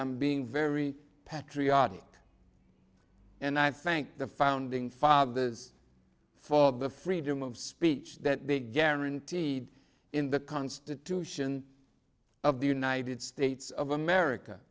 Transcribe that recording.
i'm being very patriotic and i thank the founding fathers for the freedom of speech that they guaranteed in the constitution of the united states of america